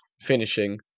finishing